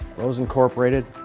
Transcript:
those incorporated,